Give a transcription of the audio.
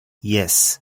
yes